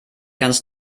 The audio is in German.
ganz